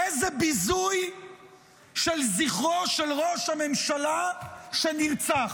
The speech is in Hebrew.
איזה ביזוי של זכרו של ראש הממשלה שנרצח.